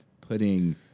putting